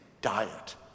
diet